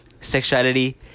sexuality